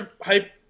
hype